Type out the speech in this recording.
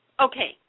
Okay